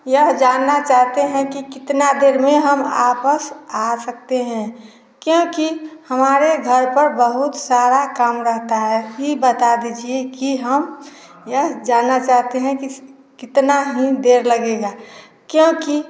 यह जानना चाहते हैं कि कितना देर में हम वापस आ सकते हैं क्योंकि हमारे घर पर बहुत सारा काम रहता है ई बता दीजिए कि हम यह जानना चाहते हैं कि कितना ही देर लगेगा क्योंकि